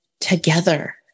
Together